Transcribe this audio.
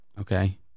Okay